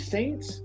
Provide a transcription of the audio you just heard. Saints